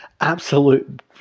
absolute